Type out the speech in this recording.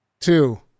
two